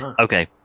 Okay